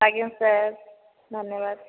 ଆଜ୍ଞା ସାର୍ ଧନ୍ୟବାଦ